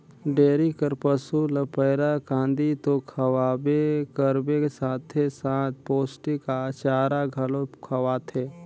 dairy कर पसू ल पैरा, कांदी तो खवाबे करबे साथे साथ पोस्टिक चारा घलो खवाथे